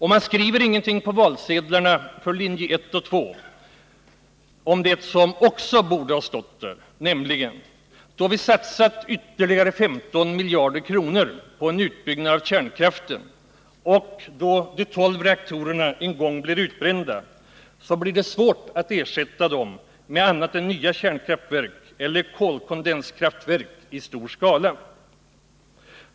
Man skriver ingenting på valsedlarna för linjerna 1 och 2 om det som också borde ha stått där, nämligen detta att då vi satsat ytterligare 15 miljarder kronor på en utbyggnad av kärnkraften, och då de tolv reaktorerna en gång är utbrända blir det svårt att ersätta dem med annat än nya kärnkraftverk eller kolkondenskraftverk i stor skala.